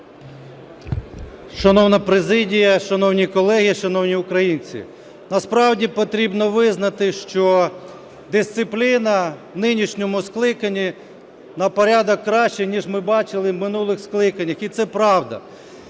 Шановна президія, шановні колеги, шановні українці! Насправді потрібно визнати, що дисципліна в нинішньому скликанні на порядок краще, ніж ми бачили в минулих скликаннях. І це правда.